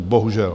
Bohužel.